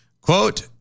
Quote